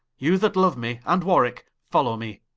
you that loue me, and warwicke, follow me.